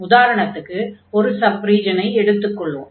உதாரணத்திற்கு ஒரு சப் ரீஜனை எடுத்துக் கொள்வோம்